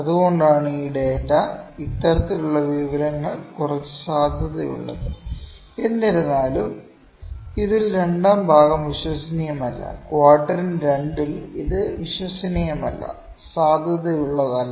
അതുകൊണ്ടാണ് ഈ ഡാറ്റ ഇത്തരത്തിലുള്ള വിവരങ്ങൾ കുറച്ച് സാധുതയുള്ളത് എന്നിരുന്നാലും ഇതിൽ രണ്ടാം ഭാഗം വിശ്വസനീയമല്ല ക്വാഡ്രൻറ് 2 ൽ ഇത് വിശ്വസനീയമല്ല സാധുതയുള്ളതല്ല